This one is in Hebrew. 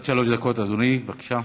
לוי, עד שלוש דקות, אדוני, בבקשה.